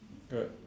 alright